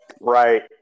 Right